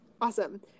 Awesome